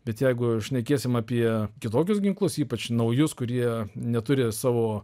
bet jeigu šnekėsim apie kitokius ginklus ypač naujus kurie neturi savo